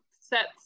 sets